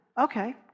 okay